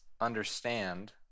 understand